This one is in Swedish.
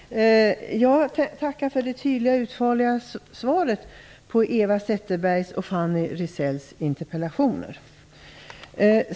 Herr talman! Jag tackar för att utrikesministern lämnat ett så tydligt och utförligt svar på Eva Zetterbergs och Fanny Rizells interpellationer.